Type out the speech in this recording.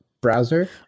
browser